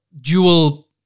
dual